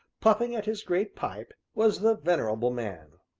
puffing at his great pipe, was the venerable man.